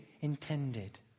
intended